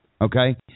Okay